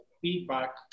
feedback